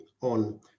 on